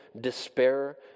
despair